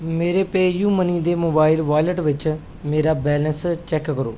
ਮੇਰੇ ਪੇਅਯੂਮਨੀ ਦੇ mobile wallet ਵਿੱਚ ਮੇਰਾ ਬੈਲੰਸ ਚੈੱਕ ਕਰੋ